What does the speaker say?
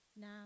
now